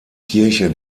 kirche